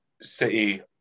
City